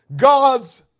God's